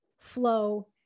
flow